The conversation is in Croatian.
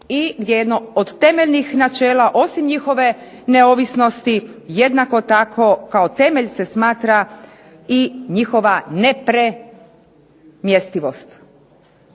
i gdje je jedno od temeljnih načela osim njihove neovisnosti jednako tako kao temelj se smatra i njihova nepremjestivost.